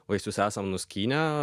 vaisius esam nuskynę